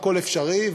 והכול אפשרי,